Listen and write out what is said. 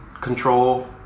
control